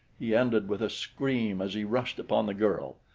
he ended with a scream as he rushed upon the girl.